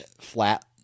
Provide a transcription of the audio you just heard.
flat